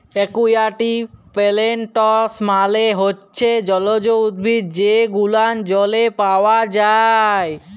aquatic plants মালে হচ্যে জলজ উদ্ভিদ যে গুলান জলে পাওয়া যায়